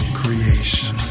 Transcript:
creation